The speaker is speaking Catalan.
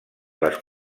les